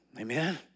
Amen